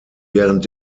während